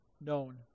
known